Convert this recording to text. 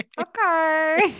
okay